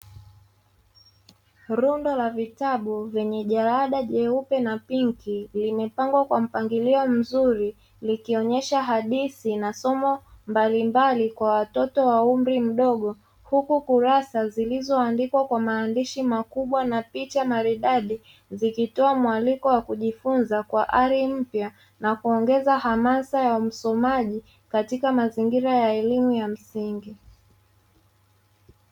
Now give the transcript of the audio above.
Rundo la vitabu vyenye jalada jeupe na pinki limepangwa kwa mpangilio mzuri, likionyesha hadithi na somo mbalimbali kwa watoto wa umri mdogo huku kurasa zilizoandikwa kwa maandishi makubwa na picha maridadi, zikitoa mwaliko wa kujifunza kwa ari mpya na kuongeza hamasa ya msomaji katika mazingira ya elimu ya msingi.